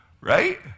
Right